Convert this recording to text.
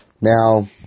Now